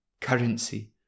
Currency